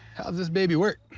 how's this baby work?